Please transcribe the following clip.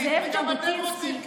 ואתם גם רוצים קצת.